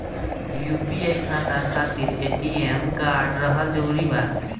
UPI खाता खातिर ATM card रहल जरूरी बा?